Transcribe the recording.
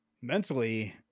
mentally